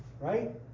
right